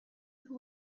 who